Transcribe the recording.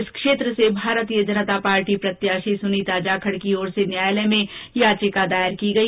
इस क्षेत्र से भारतीय जनता पार्टी प्रत्याशी सुनीता जाखड़ की ओर से न्यायालय में याचिका दायर की गई